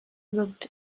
looked